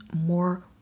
more